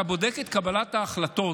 אתה בודק את קבלת ההחלטות